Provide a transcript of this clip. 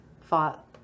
fought